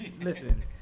listen